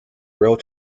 real